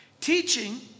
Teaching